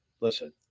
listen